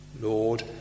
Lord